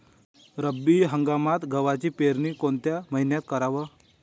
रब्बी हंगामात गव्हाची पेरनी कोनत्या मईन्यात कराव?